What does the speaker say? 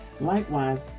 Likewise